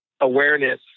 awareness